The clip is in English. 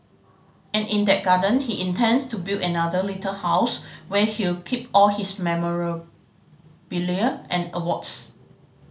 and in that garden he intends to build another little house where he'll keep all his memorabilia and awards